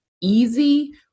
easy